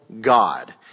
God